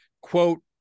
quote